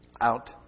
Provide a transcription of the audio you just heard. out